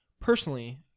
Personally